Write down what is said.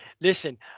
Listen